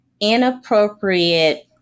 inappropriate